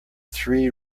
three